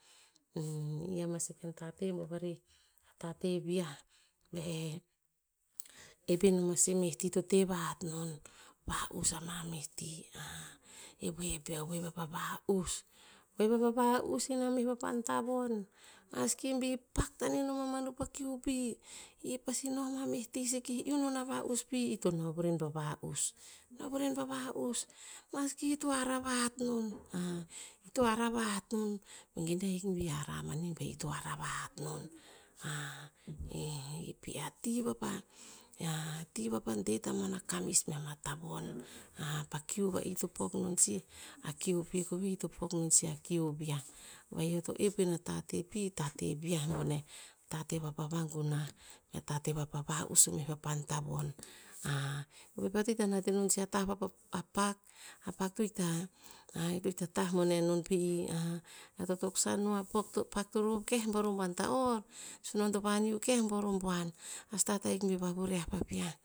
i ama sih ken tateh bo vari, tateh vi'ah. Be eh ep ineh sih e meh ti to ten vahat non, va'us ama meh ti. e we peo, we vapa va'us, we vava'us ina meh papan tavon. Maski bi pak taneh noma manu pa kiu pi, i pasi noma, meh ti seke iuh non a va'us pi, ito noh vuren pa va'us. Noh vuren pa va'us, maski ito hara vahat non ito hara vahat non, vengen ahik bi hara mani ba ito hara vahat non. pi a ti vapa ti vapa deh tamuan a kamis mea ma tavon pa kiu va'i to pok non sih, a kiu pi veh, ito pok non sih, a kiu o vi'ah. Va'i eo to oep ina tateh pi, tateh viah boneh. Tateh vapa vagunah mea tateh vapa va'us ina meh papan tavon. e we peo ta ita nata non sih a tah vo a- a pak. A pak to ita- to ita tah boneh pi i. eo to toksan o, a pok to- a pak to rohv keh ro buan o ta'or. Sunon to vaniu keh bo roh buan. A stahat ahik bi vavuria vavean.